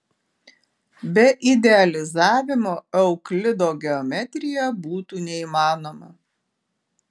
be idealizavimo euklido geometrija būtų neįmanoma